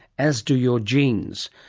as do your genes.